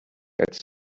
als